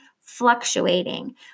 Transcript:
fluctuating